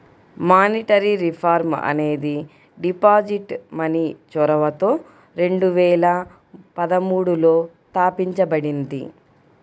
monetary reform అనేది positive money చొరవతో రెండు వేల పదమూడులో తాపించబడింది